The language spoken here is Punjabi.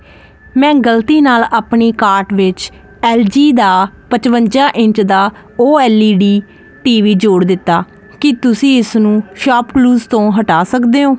ਮੈਂ ਗਲਤੀ ਨਾਲ ਆਪਣੀ ਕਾਰਟ ਵਿੱਚ ਐੱਲ ਜੀ ਦਾ ਪਚਵੰਜਾ ਇੰਚ ਦਾ O L E D TV ਜੋੜ ਦਿੱਤਾ ਕੀ ਤੁਸੀਂ ਇਸ ਨੂੰ ਸ਼ਾਪਕਲੂਜ਼ ਤੋਂ ਹਟਾ ਸਕਦੇ ਹੋ